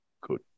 Good